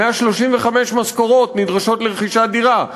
135 משכורות נדרשות לרכישת דירה.